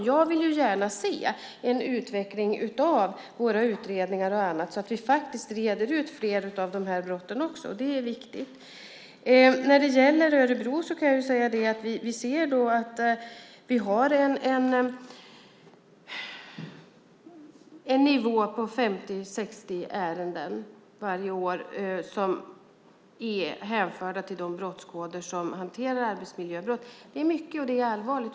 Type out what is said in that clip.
Jag vill gärna se en utveckling av våra utredningar och annat så att vi faktiskt reder ut fler av de här brotten också. Det är viktigt. När det gäller Örebro har vi en nivå på 50-60 ärenden varje år som är hänförda till de brottskoder som hanterar arbetsmiljöbrott. Det är mycket, och det är allvarligt.